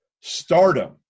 stardom